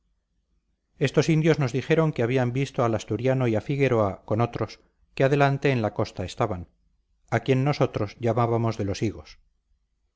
estos indios nos dijeron que habían visto al asturiano y a figueroa con otros que adelante en la costa estaban a quien nosotros llamábamos de los higos